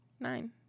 nine